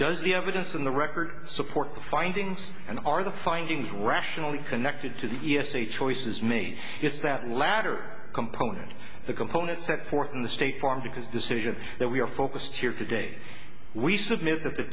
does the evidence in the record support the findings and are the findings rationally connected to the e s a choices me it's that latter component the components set forth in the state form because the decision that we are focused here today we submit that the